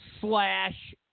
slash